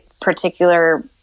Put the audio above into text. particular